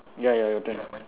ya ya your turn